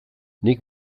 nik